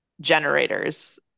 generators